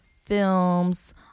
films